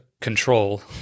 control